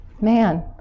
Man